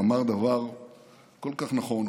אמר דבר כל כך נכון.